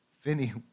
Finney